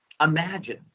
imagine